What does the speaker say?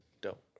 Dope